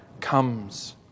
comes